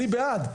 אני בעד.